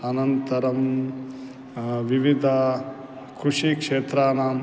अनन्तरं विविध कृषिक्षेत्राणाम्